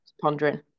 pondering